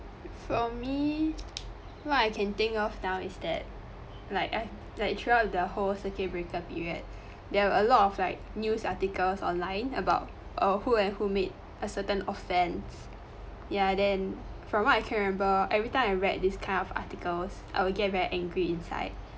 for me what I can think of now is that like f~ that thoughout the whole circuit breaker period there were a lot of like news articles online about err who and who made a certain offence ya then from what I can remember every time I read this kind of articles I will get rare angry inside